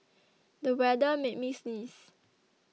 the weather made me sneeze